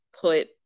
put